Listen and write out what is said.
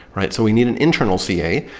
right? so we need an internal ca.